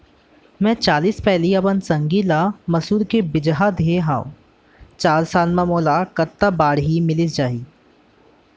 मैं चालीस पैली अपन संगी ल मसूर के बीजहा दे हव चार साल म मोला कतका बाड़ही मिलिस जाही?